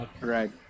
Right